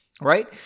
Right